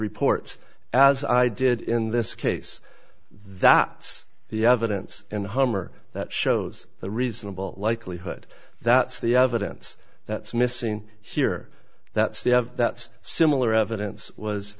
reports as i did in this case that the evidence and hummer that shows the reasonable likelihood that the evidence that's missing here that's they have that's similar evidence was